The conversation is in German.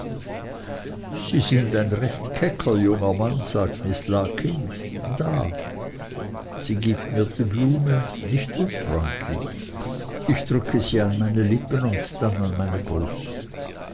sie sind ein recht kecker junger mann sagt miß larkins da sie gibt mir eine blume nicht unfreundlich ich drücke sie an meine lippen und dann an meine brust